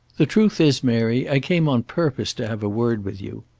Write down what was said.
the truth is, mary, i came on purpose to have a word with you.